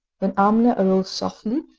when amina arose softly,